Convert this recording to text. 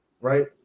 right